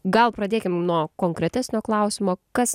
gal pradėkim nuo konkretesnio klausimo kas